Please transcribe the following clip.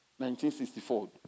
1964